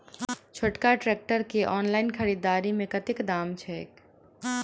छोटका ट्रैक्टर केँ ऑनलाइन खरीददारी मे कतेक दाम छैक?